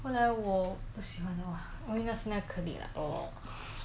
后来我不喜欢 [what] 因为那时那 colleague lah